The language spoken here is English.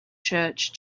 church